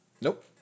Nope